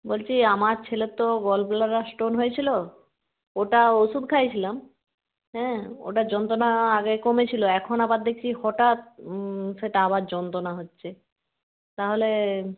বলছি আমার ছেলের তো গলব্লাডার স্টোন হয়েছিল ওটা ওষুধ খাইয়েছিলাম হ্যাঁ ওটা যন্ত্রনা আগে কমেছিল এখন আবার দেখছি হঠাৎ সেটা আবার যন্ত্রনা হচ্ছে তাহলে